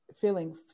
feeling